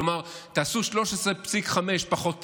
כלומר, תעשו 13.5 פחות 9,